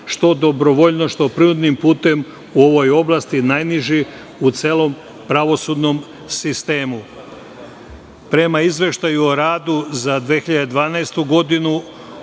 što dobrovoljno, što prinudnim putem u ovoj oblasti najniži u celom pravosudnom sistemu. Prema izveštaju o radu za 2012. godinu,